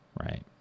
Right